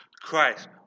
Christ